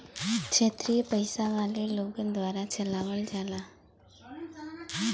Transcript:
क्षेत्रिय पइसा वाले लोगन द्वारा चलावल जाला